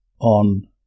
on